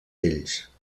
ells